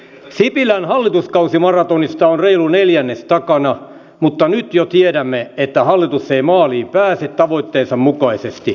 sipilän hallituskausimaratonista on reilu neljännes takana mutta nyt jo tiedämme että hallitus ei maaliin pääse tavoitteensa mukaisesti